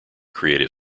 creative